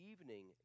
evening